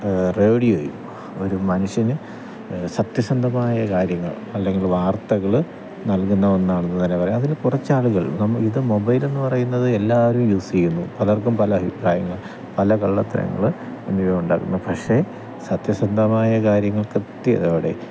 റേഡിയോയും ഒരു മനുഷ്യന് സത്യസന്ധമായ കാര്യങ്ങൾ അല്ലെങ്കിൽ വാർത്തകള് നൽകുന്ന ഒന്നാണെന്നു തന്നെ പറയാം അതിന് കുറച്ചാളുകൾ നം ഇത് മൊബൈലെന്നു പറയുന്നത് എല്ലാവരും യൂസെയുന്നു പലർക്കും പല അഭിപ്രായങ്ങൾ പല കള്ളത്തരങ്ങള് എന്നിവ ഉണ്ടാക്കുന്നു പക്ഷെ സത്യസന്ധമായ കാര്യങ്ങൾ കൃത്യതയോടെ